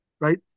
right